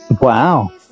Wow